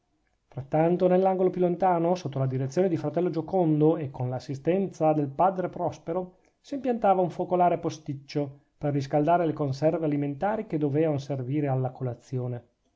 frattanto nell'angolo più lontano sotto la direzione di fratello giocondo e con l'assistenza del padre prospero s'impiantava un focolare posticcio per riscaldare le conserve alimentari che doveano servire alla colazione